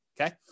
okay